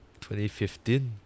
2015